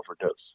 overdose